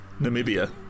Namibia